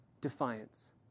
defiance